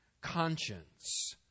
conscience